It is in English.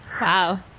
Wow